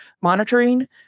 monitoring